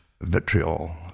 vitriol